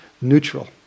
neutral